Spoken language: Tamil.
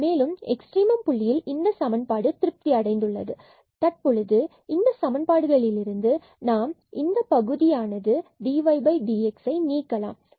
மேலும் எக்ஸ்ட்ரிமம் புள்ளியில் இந்த சமன்பாடு திருப்தியடைந்தது மற்றும் தற்பொழுது இந்த சமன்பாடுகளிலிருந்து நாம் இந்த பகுதியான dydxஐ நீக்கலாம்